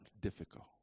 difficult